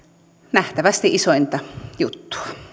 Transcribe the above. nähtävästi isointa juttua